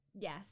Yes